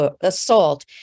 assault